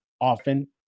often